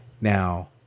Now